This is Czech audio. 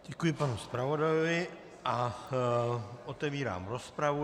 Děkuji panu zpravodajovi a otevírám rozpravu.